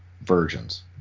versions